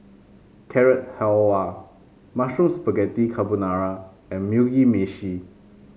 Carrot Halwa Mushroom Spaghetti Carbonara and Mugi Meshi